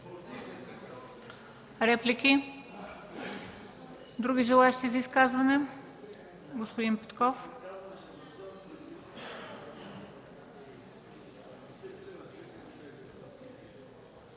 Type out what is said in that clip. Реплики? Няма. Други желаещи за изказване? Господин Петков.